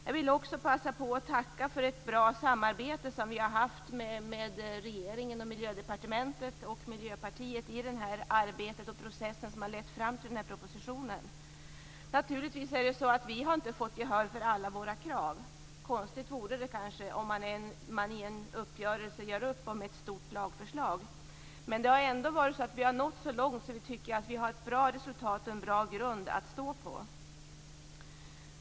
Jag vill också passa på att tacka för ett bra samarbete som vi har haft med regeringen, Miljödepartementet och Miljöpartiet i det arbete och den process som har lett fram till propositionen. Naturligtvis har vi inte fått gehör för alla våra krav. Konstigt vore det kanske om man träffar en uppgörelse om ett stort lagförslag. Men vi har ändå nått så långt att vi tycker att vi har ett bra resultat och en bra grund att stå på.